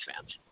fans